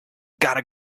gotta